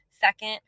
second